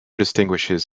distinguishes